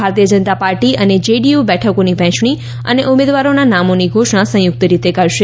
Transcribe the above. ભારતીય જનતા પાર્ટી અને જેડીયુ બેઠકોની વહેંચણી અને ઉમેદવારોના નામોની ઘોષણા સંયુક્ત રીતે કરશે